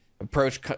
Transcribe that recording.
Approach